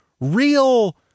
real